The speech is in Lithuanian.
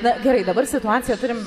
na gerai dabar situaciją turim